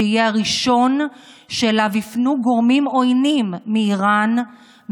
שיהיה הראשון שאליו יפנו גורמים עוינים מאיראן,